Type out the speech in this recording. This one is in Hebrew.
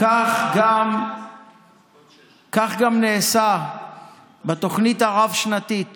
כך גם נעשה בתוכנית הרב-שנתית